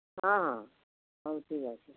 ହଁ ହଁ ହୋଉ ଠିକ ଅଛେ